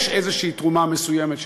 יש איזו תרומה מסוימת,